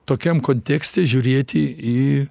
tokiam kontekste žiūrėti į